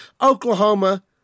Oklahoma